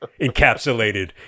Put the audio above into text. encapsulated